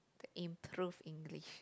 improve English